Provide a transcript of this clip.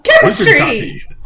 Chemistry